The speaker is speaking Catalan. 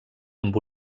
amb